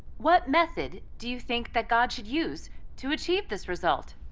what method do you think that god should use to achieve this result?